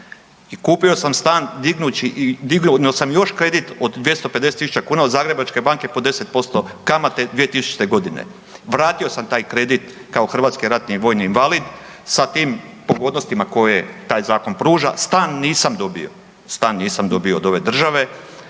i kupio sam stan dignuo sam još kredit od 250 000 kuna od Zagrebačke banke po 10% kamate 2000. godine. Vratio sam taj kredit kao hrvatski ratni vojni invalid sa tim pogodnostima koje taj zakon pruža. Stan nisam dobio, stan nisam dobio od ove države,